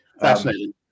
Fascinating